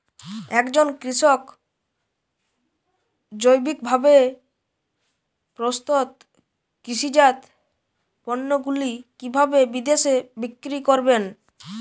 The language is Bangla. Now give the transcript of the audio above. একজন কৃষক জৈবিকভাবে প্রস্তুত কৃষিজাত পণ্যগুলি কিভাবে বিদেশে বিক্রি করবেন?